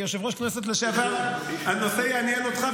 כיושב-ראש הכנסת לשעבר הנושא יעניין אותך,